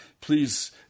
Please